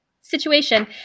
situation